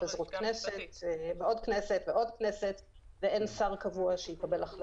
התפזרות הכנסת ועוד כנסת ועוד כנסת כאשר אין שר קבוע שיקבל החלטות.